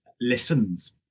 listens